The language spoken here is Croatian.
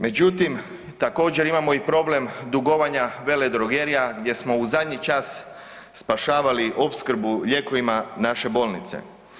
Međutim također imamo i problem dugovanja veledrogerija gdje smo u zadnji čas spašavali opskrbu lijekovima naše bolnice.